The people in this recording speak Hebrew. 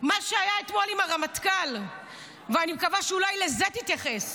מה שהיה אתמול עם הרמטכ"ל ואני מקווה שאולי לזה תתייחס,